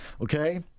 okay